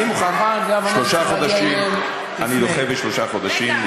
אני מוכן שלושה חודשים,